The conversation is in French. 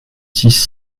dix